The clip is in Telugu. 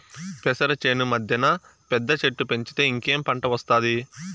పెసర చేను మద్దెన పెద్ద చెట్టు పెంచితే ఇంకేం పంట ఒస్తాది